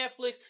Netflix